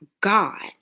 God